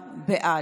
בעד.